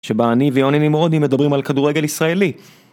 שבה אני ויוני ממורדי מדברים על כדורגל ישראלי.